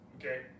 Okay